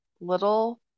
little